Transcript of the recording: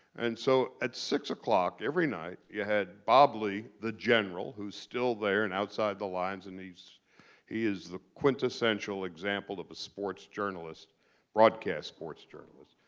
and so at six o'clock every night, you had bob ley, the general. who's still there and outside the lines. and he is the quintessential example of a sports journalist broadcast sports journalist.